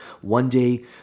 one-day